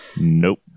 Nope